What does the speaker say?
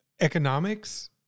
economics